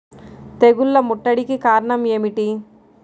తెగుళ్ల ముట్టడికి కారణం ఏమిటి?